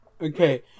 Okay